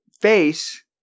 face